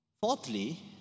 Fourthly